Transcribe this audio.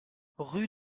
rue